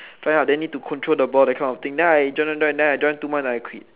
ya ya then need to control the ball that kind of thing then I join join join then I join two months then I quit